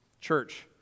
Church